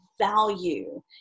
value